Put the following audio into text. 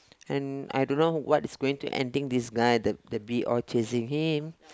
and I don't know what is going to ending this guy the the bee all chasing him